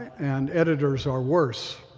and editors are worse.